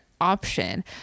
option